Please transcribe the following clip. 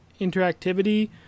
interactivity